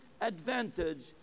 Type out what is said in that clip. advantage